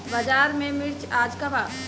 बाजार में मिर्च आज का बा?